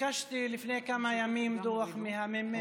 ביקשתי לפני כמה ימים דוח מהממ"מ,